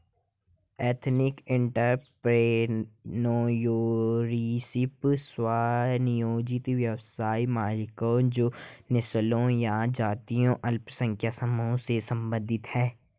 ethnic entrepreneurship, स्व नियोजित व्यवसाय मालिकों जो नस्लीय या जातीय अल्पसंख्यक समूहों से संबंधित हैं